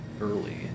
early